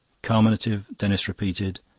carminative, denis repeated,